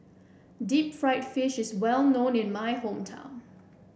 Deep Fried Fish is well known in my hometown